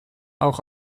auch